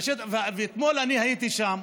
אתמול הייתי שם.